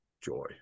joy